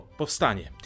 powstanie